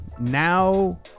now